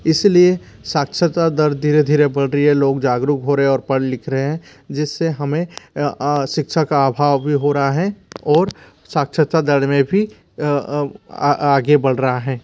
इसलिए साक्षरता दर धीरे धीरे बढ़ रही है लोग जागरुक हो रहे और पढ़ लिख रहे हैं जिससे हमें शिक्षा का अभाव भी हो रहा है और साक्षरता दर में भी आगे बढ़ रहा है